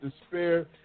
despair